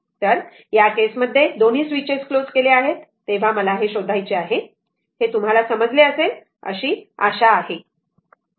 तर या केस मध्ये दोन्ही स्विचेस क्लोज केले आहेत तेव्हा मला हे शोधायचे आहे हे तुम्हाला समजले असेल अशी आशा आहे